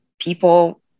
People